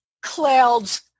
clouds